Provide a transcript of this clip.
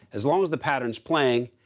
as long as the patterns playing,